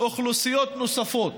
אוכלוסיות נוספות.